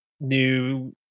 new